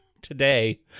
today